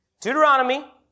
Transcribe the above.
Deuteronomy